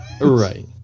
right